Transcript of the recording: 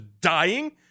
dying